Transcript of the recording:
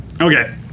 Okay